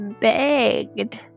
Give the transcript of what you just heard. begged